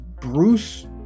Bruce